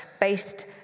based